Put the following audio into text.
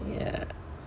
ya